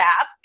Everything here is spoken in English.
app